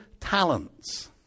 talents